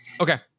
Okay